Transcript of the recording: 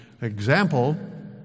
example